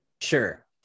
Sure